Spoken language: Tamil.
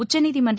உச்சநீதிமன்ற